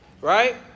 Right